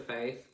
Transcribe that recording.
faith